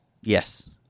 yes